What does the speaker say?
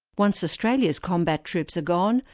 once australia's combat troops are gone,